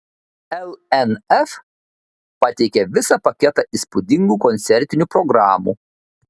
lnf pateikė visą paketą įspūdingų koncertinių programų